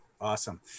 awesome